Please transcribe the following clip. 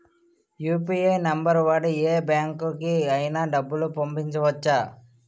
UPI number వాడి యే బ్యాంకుకి అయినా డబ్బులు పంపవచ్చ్చా?